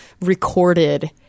recorded